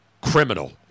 criminal